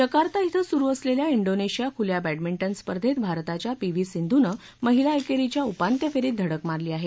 Jakarta क्रि सुरू असलेल्या क्रीनेशिया खुल्या बॅडमिंटन स्पर्धेत भारताच्या पी व्ही सिंधून महिला एकेरीच्या उपांत्य फेरीत धडक मारली आहे